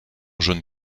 jaune